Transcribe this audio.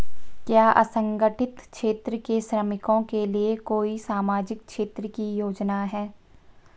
क्या असंगठित क्षेत्र के श्रमिकों के लिए कोई सामाजिक क्षेत्र की योजना है?